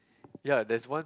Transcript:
ya there's one